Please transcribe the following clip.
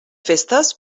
festes